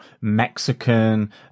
Mexican